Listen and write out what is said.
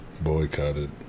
boycotted